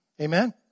Amen